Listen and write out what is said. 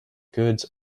goods